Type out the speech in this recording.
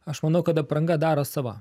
aš manau kad apranga daro savo